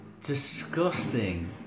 Disgusting